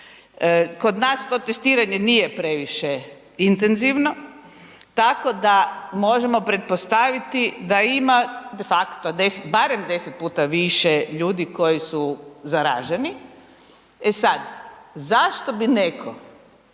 Kod nas to testiranje nije previše intenzivno, tako da možemo pretpostaviti da ima de facto 10, barem 10 puta više ljudi koji su zaraženi. E sad, zašto bi netko